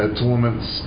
tournaments